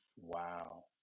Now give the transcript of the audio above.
Wow